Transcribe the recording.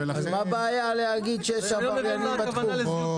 אז מה הבעיה להגיד שיש עבריינים בתחום?